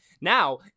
Now